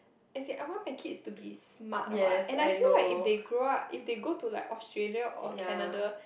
as in I want my kids to be smart what and I feel like if the grow up if they go to like Australia or Canada